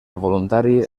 voluntari